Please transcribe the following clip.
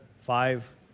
five